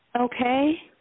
Okay